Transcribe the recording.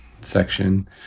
section